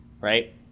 right